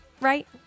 right